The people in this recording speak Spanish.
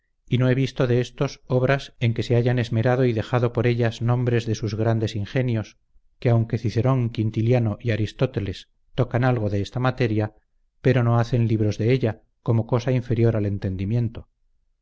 y no he visto de estos obras en que se hayan esmerado y dejado por ellas nombres de sus grandes ingenios que aunque cicerón quintiliano y aristóteles tocan algo de esta materia pero no hacen libros de ella como cosa inferior al entendimiento